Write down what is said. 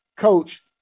coach